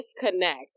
disconnect